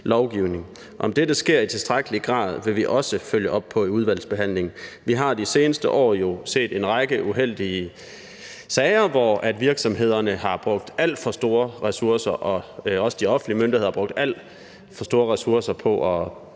Om dette sker i tilstrækkelig grad vil vi også følge op på i udvalgsbehandlingen. Vi har de seneste år jo set en række uheldige sager, hvor virksomhederne har brugt alt for store ressourcer, og hvor også de offentlige myndigheder har brugt alt for store ressourcer, bl.a.